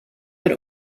had